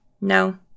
No